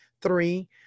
three